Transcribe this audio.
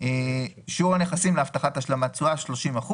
"שיעור הנכסים להבטחת השלמת תשואה" 30%,